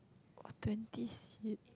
about twenty seed